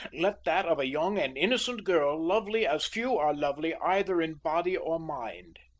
let that of a young and innocent girl lovely as few are lovely either in body or mind.